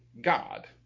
God